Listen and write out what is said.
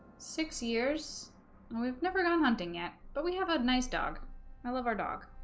six years and we've never got a hunting yet but we have a nice dog i love our dog